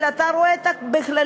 אלא אתה רואה אותה בכללותה.